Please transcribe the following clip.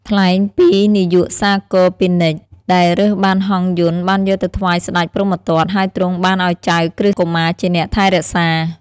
ថ្លែងពីនាយសាគរពាណិជ្ជ ដែលរើសបានហង្សយន្តបានយកទៅថ្វាយស្តេចព្រហ្មទត្ត ហើយទ្រង់បានឱ្យចៅក្រឹស្នកុមារជាអ្នកថែរក្សា។